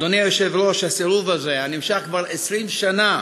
אדוני היושב-ראש, הסירוב הזה, שנמשך כבר 20 שנה,